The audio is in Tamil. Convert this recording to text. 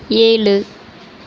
ஏழு